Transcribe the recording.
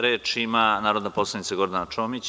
Reč ima narodna poslanica Gordana Čomić.